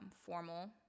formal